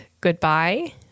goodbye